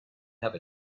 have